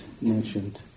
mentioned